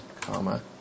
comma